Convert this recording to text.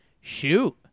shoot